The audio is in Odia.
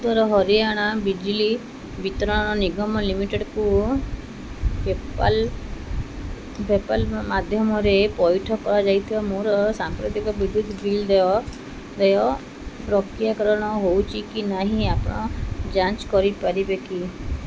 ଉତ୍ତର ହରିୟାଣା ବିଜଲି ବିତରଣ ନିଗମ ଲିମିଟେଡ଼୍କୁ ପେପାଲ୍ ପେପାଲ୍ ମାଧ୍ୟମରେ ପଇଠ କରାଯାଇଥିବା ମୋର ସାମ୍ପ୍ରତିକ ବିଦ୍ୟୁତ ବିଲ୍ ଦେୟ ଦେୟ ପ୍ରକ୍ରିୟାକରଣ ହେଉଛି କି ନାହିଁ ଆପଣ ଯାଞ୍ଚ କରିପାରିବେ କି